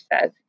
says